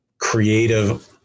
creative